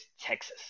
Texas